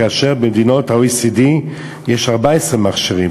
כשבמדינות ה-OECD יש 14 מכשירים.